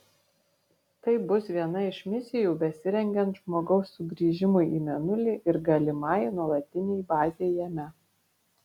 tai bus viena iš misijų besirengiant žmogaus sugrįžimui į mėnulį ir galimai nuolatinei bazei jame